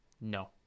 No